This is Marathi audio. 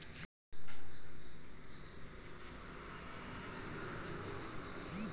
मले शिलिंडरचं बिल बघसाठी का करा लागन?